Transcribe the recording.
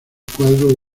cuadro